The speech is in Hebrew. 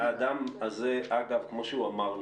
האדם הזה, אגב, כמו שהוא אמר לכם,